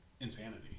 Insanity